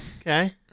Okay